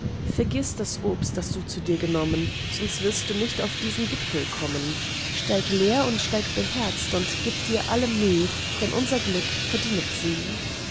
vergiß das obst das du zu dir genommen sonst wirst du nicht auf diesen gipfel kommen steig leer und steig beherzt und gib dir alle müh denn unser glück verdienet sie